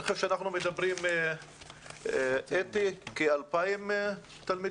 אני חושב שאנחנו מדברים על כ-2,000 תלמידים.